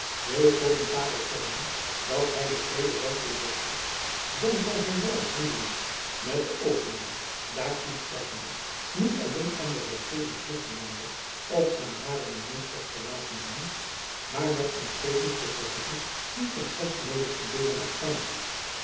koning karel toonen dat hy den vrede werkelijk begeert dan zal hy wèl handelen met de openingen daartoe strekkende niet alleen aan de regeering hier te lande of aan hare minisjacob van lennep elizabeth musch ters te laten doen maar met ons tevens te verzoeken die terstond mede te deelen aan frankrijk